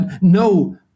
no